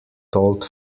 told